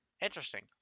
Interesting